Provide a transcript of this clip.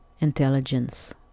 intelligence